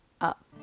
up